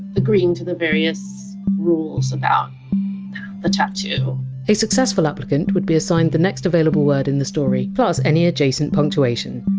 agreeing to the various rules about the tattoo a successful applicant would be assigned the next available word in the story, plus any adjacent adjacent punctuation.